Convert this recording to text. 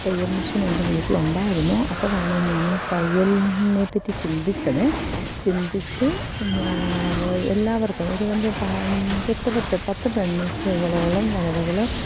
തയ്യൽ മഷീൻ എൻറെ വീട്ടിൽ ഉണ്ടായിരുന്നു അപ്പോഴാണ് ഞാൻ തയ്യലിനെ പറ്റി ചിന്തിച്ചതെ ചിന്തിച്ച് ഞാൻ വൊയ് എല്ലാവർക്കും ഒരുതണ്ട് പഞ്ചേട്ട് പത്ത് പത്ത് പെൺ സ്ത്രീകളോളം വനിതകൾ